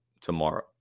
tomorrow